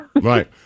Right